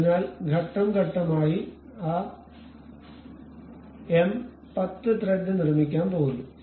അതിനാൽ ഘട്ടം ഘട്ടമായി ആ എം 10 ത്രെഡ് നിർമ്മിക്കാൻ പോകുന്നു